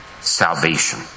salvation